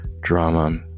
drama